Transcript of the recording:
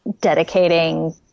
dedicating